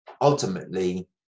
ultimately